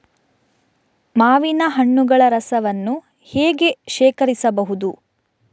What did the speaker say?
ಮಾವಿನ ಹಣ್ಣುಗಳ ರಸವನ್ನು ಹೇಗೆ ಶೇಖರಿಸಬಹುದು?